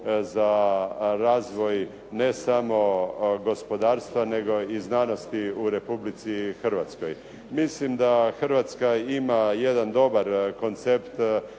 za razvoj ne samo gospodarstva, nego i znanosti u Republici Hrvatskoj. Mislim da Hrvatska ima jedan dobar koncept